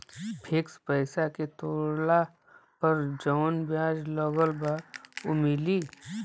Fix पैसा के तोड़ला पर जवन ब्याज लगल बा उ मिली?